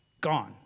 Gone